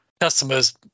customers